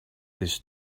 this